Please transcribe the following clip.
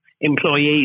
employees